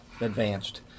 advanced